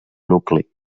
nucli